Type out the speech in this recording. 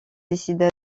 décida